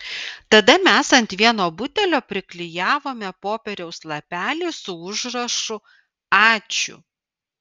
tada mes ant vieno butelio priklijavome popieriaus lapelį su užrašu ačiū